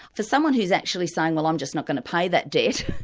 for someone who's actually saying, well i'm just not going to pay that debt,